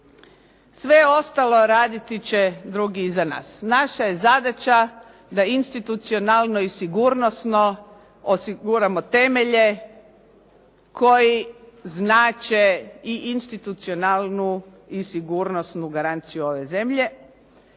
Sve ostalo raditi će drugi iza nas. Naša je zadaća da institucionalno i sigurnosno osiguramo temelje koji znače i institucionalnu i sigurnosnu garanciju ove zemlje.